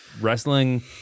wrestling